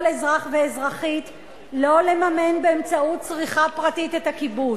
אזרח ואזרחית לא לממן באמצעות צריכה פרטית את הכיבוש.